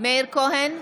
מאיר כהן,